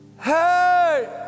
hey